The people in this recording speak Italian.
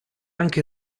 anche